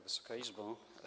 Wysoka Izbo!